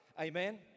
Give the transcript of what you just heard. Amen